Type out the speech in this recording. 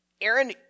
Aaron